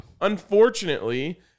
Unfortunately